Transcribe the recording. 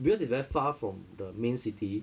because it's very far from the main city